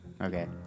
Okay